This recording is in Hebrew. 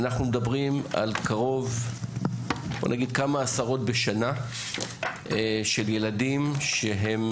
אנחנו מדברים על כמה עשרות בשנה של ילדים שהם